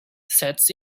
sets